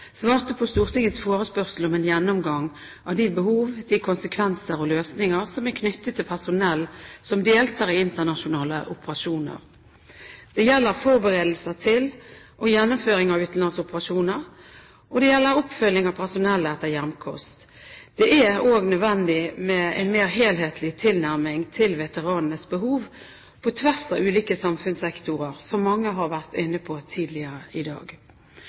svarte på Stortingets forespørsel om en gjennomgang av de behov, konsekvenser og løsninger som er knyttet til personell som deltar i internasjonale operasjoner. Det gjelder forberedelser til og gjennomføring av utenlandsoperasjoner, og det gjelder oppfølging av personellet etter hjemkomst. Det er også nødvendig med en mer helhetlig tilnærming til veteranenes behov på tvers av ulike samfunnssektorer, noe mange har vært inne på tidligere i dag.